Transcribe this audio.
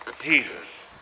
Jesus